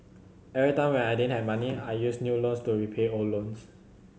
every time when I didn't have money I used new loans to repay old loans